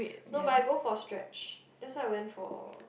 no but I go for stretch that's why I went for